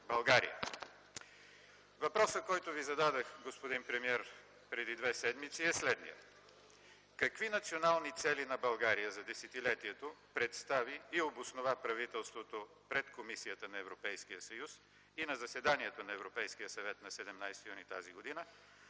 ПИРИНСКИ: Въпросът, който Ви зададох преди две седмици, господин премиер, е следният: какви национални цели на България за десетилетието представи и обоснова правителството пред Комисията на Европейския съюз и на заседанието на Европейския съвет на 17 юни тази година?